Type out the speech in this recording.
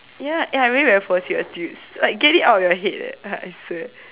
ya eh I really very poor serious dude like get it out of your head eh I swear